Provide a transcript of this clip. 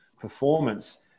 performance